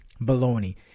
baloney